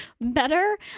better